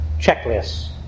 checklists